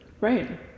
right